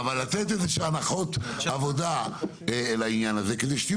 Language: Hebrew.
אבל לתת איזשהן הנחות עבודה לעניין הזה כדי שתהיו